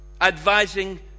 advising